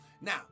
Now